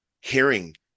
hearing